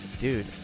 dude